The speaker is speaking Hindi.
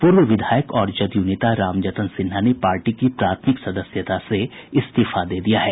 पूर्व विधायक और जदयू नेता रामजतन सिन्हा ने पार्टी की प्राथमिक सदस्यता से इस्तीफा दे दिया है